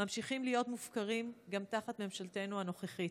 ממשיכים להיות מופקרים גם תחת ממשלתנו הנוכחית.